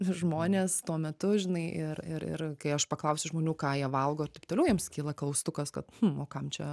žmonės tuo metu žinai ir ir ir kai aš paklausiau žmonių ką jie valgo ir taip toliau jiems kyla klaustukas kad o kam čia